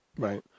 Right